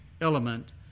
element